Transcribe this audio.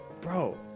bro